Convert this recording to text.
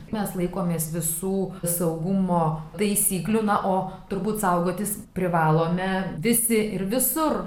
mes laikomės visų saugumo taisyklių na o turbūt saugotis privalome visi ir visur